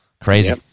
Crazy